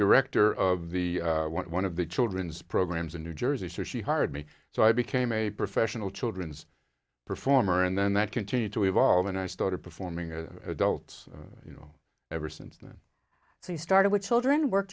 director of the one of the children's programs in new jersey says she hired me so i became a professional children's performer and then that continued to evolve and i started performing and adults you know ever since then they started with children work